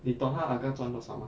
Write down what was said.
你懂他 agar 赚多少吗